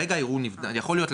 יכול להיות,